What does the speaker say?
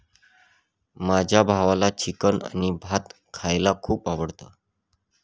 माझ्या भावाला चिकन आणि भात खायला खूप आवडतं